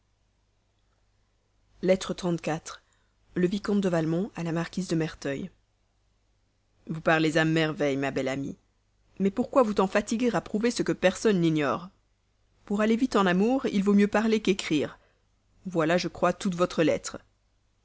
du vicomte de valmont à la marquise de merteuil vous parlez à merveille ma belle amie mais pourquoi vous tant fatiguer à prouver ce que personne n'ignore pour aller vite en amour il vaut mieux parler qu'écrire voilà je crois toute votre lettre